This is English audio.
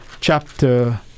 chapter